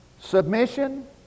Submission